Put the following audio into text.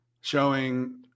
showing